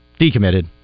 decommitted